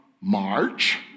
March